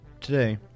Today